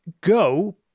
go